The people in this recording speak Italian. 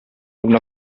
luna